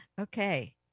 Okay